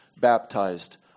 baptized